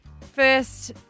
First